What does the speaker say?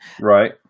right